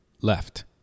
left